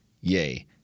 Yay